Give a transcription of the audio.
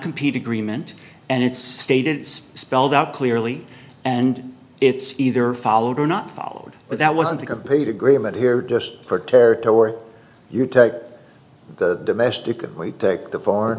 compete agreement and its state is spelled out clearly and it's either followed or not followed but that wasn't a complete agreement here just for territory you take the domestic or you take the far